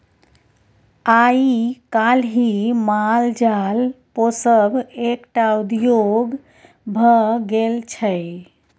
आइ काल्हि माल जाल पोसब एकटा उद्योग भ गेल छै